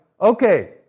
Okay